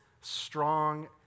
strong